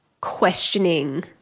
questioning